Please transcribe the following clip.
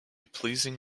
pleasing